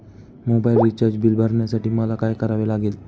Mobile recharge bill भरण्यासाठी मला काय करावे लागेल?